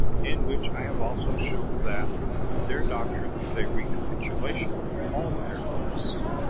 in which i have also shown that their doctrine is a recapitulation of all the heretics.